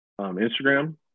Instagram